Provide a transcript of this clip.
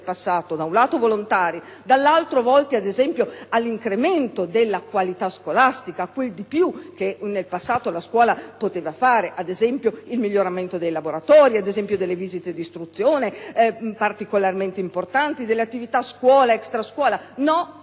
passato, da un lato volontari e dall'altro volti all'incremento della qualità scolastica, a quel di più che nel passato la scuola poteva permettersi (quale, ad esempio, il miglioramento dei laboratori, visite di istruzione particolarmente importanti, percorsi scuola-extrascuola): no,